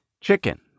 chicken